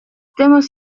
temas